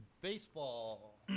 baseball